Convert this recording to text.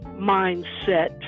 mindset